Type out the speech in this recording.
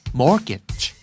mortgage